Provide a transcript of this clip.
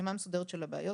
רשימה מסודרת של הבעיות,